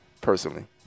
personally